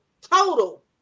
total